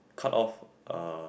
cut off uh